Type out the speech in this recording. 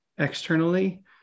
externally